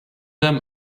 them